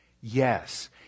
Yes